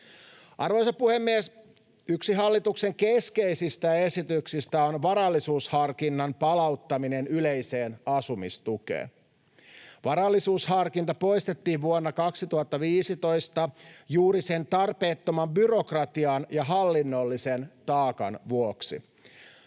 Arvoisa puhemies! Yksi hallituksen keskeisistä esityksistä on varallisuusharkinnan palauttaminen yleiseen asumistukeen. Varallisuusharkinta poistettiin vuonna 2015 juuri sen tarpeettoman byrokratian ja hallinnollisen taakan vuoksi.